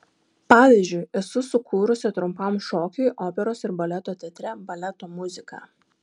pavyzdžiui esu sukūrusi trumpam šokiui operos ir baleto teatre baleto muziką